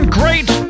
great